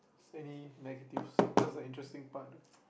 any negatives that's the interesting part though